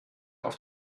auf